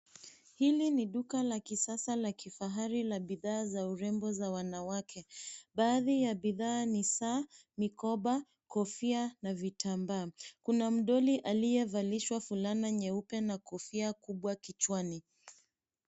Hili ni duka la kisasa la kifahari la bidhaa za urembo za wanawake. Baadhi ya bidhaa ni saa, mikoba, kofia na vitambaa. Kuna mdoli aliyevalishwa fulana nyeupe na kofia kubwa kichwani.